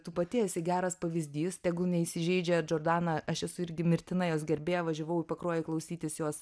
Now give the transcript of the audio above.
tu pati esi geras pavyzdys tegul neįsižeidžia džordana aš esu irgi mirtina jos gerbėja važiavau į pakruojį klausytis jos